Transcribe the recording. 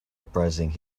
uprising